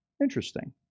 Interesting